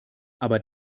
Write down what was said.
aber